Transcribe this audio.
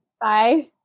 Bye